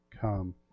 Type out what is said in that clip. come